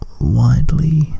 widely